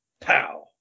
Pow